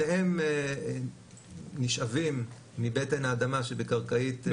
שניהם נשאבים מבטן האדמה שבקרקעית הים.